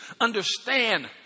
understand